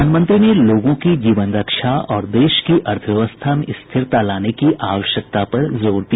प्रधानमंत्री ने लोगों की जीवन रक्षा और देश की अर्थव्यवस्था में स्थिरता लाने की आवश्यकता पर जोर दिया